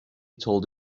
told